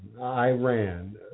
Iran